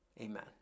Amen